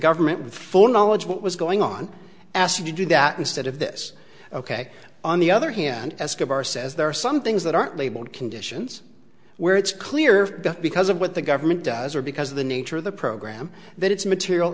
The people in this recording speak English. government with full knowledge of what was going on asked you to do that instead of this ok on the other hand escobar says there are some things that aren't labeled conditions where it's clear that because of what the government does or because of the nature of the program that it's material